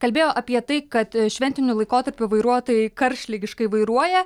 kalbėjo apie tai kad šventiniu laikotarpiu vairuotojai karštligiškai vairuoja